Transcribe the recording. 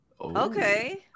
Okay